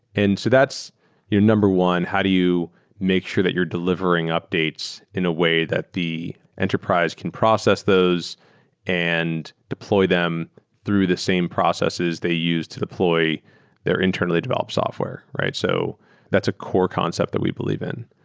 and so that's your number one. how do you make sure that you're delivering updates in a way that the enterprise can process those and deploy them through the same processes they used to deploy their internally developed software? so that's a core concept that we believe in.